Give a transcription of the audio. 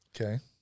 Okay